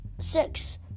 Six